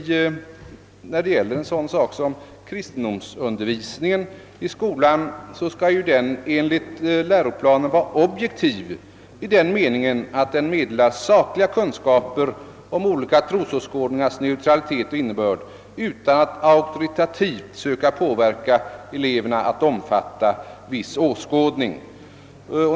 Kristen domsundervisningen skall enligt läroplanen vara objektiv i den meningen att den meddelar sakliga kunskaper om olika trosåskådningars innebörd utan att läraren auktoritativt söker påverka eleverna att omfatta viss åskådning.